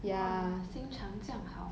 !wah! 心诚这样好